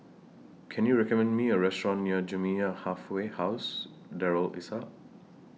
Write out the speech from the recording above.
Can YOU recommend Me A Restaurant near Jamiyah Halfway House Darul Islah